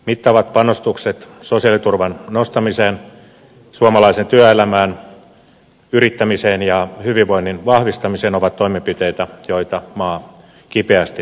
mittavat panostukset sosiaaliturvan nostamiseen suomalaiseen työelämään yrittämiseen ja hyvinvoinnin vahvistamiseen ovat toimenpiteitä joita maa kipeästi tarvitsee